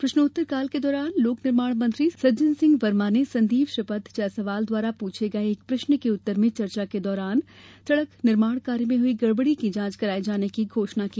प्रश्नोत्तर काल के दौरान लोक निर्माण मंत्री सज्जन सिंह वर्मा ने संदीप श्रीपाद जायसवाल द्वारा पूछे गये एक प्रश्न के उत्तर में चर्चा के दौरान सड़क निर्माण कार्य में हुई गड़बड़ी की जांच कराये जाने की घोषणा की